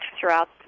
throughout